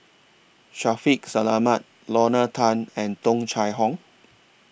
Shaffiq Selamat Lorna Tan and Tung Chye Hong